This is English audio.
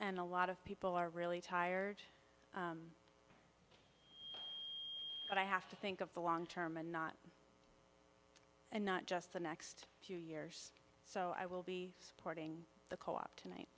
and a lot of people are really tired but i have to think of the long term and not and not just the next few years so i will be supporting the co op tonight